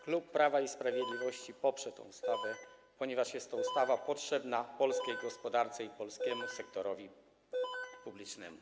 Klub Prawa i Sprawiedliwości poprze tę ustawę, ponieważ jest to ustawa potrzebna polskiej gospodarce i polskiemu sektorowi publicznemu.